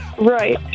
Right